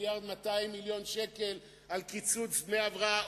מיליארד ו-200 מיליון שקל על קיצוץ דמי הבראה?